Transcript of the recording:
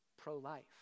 pro-life